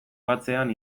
batzean